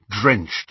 drenched